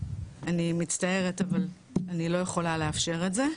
אני מצטערת אבל אני לא יכולה לאפשר את זה,